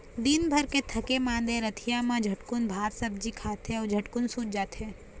दिनभर के थके मांदे रतिहा मा झटकुन भात सब्जी खाथे अउ झटकुन सूत जाथे